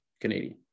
Canadian